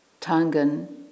Tangan